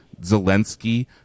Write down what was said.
Zelensky